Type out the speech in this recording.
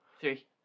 Three